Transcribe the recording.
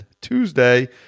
Tuesday